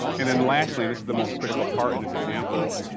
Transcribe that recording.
and then lastly, and this is the most critical part in this example,